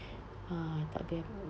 ah but the